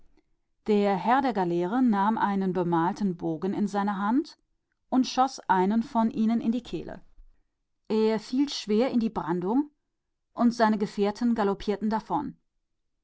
der herr der galeere nahm einen bemalten bogen zur hand und schoß ihrer einen in die kehle er fiel mit schwerem fall in die brandung und seine gefährten ritten davon